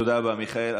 תודה רבה, מיכאל.